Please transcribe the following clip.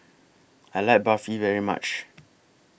I like Barfi very much